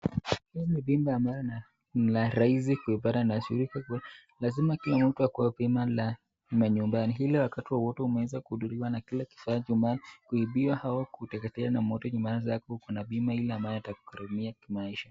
Hii ni bima ambayo ni la rahisi kuipata na shirika; lazima kila mtu akuwa na bima la manyumbani ili wakati wowote umeweza kudhuriwa na kile kifaa nyumbani, kuibiwa au kuteketea na moto unaweza kuwa na bima ambayo itakuhudumia kimaisha.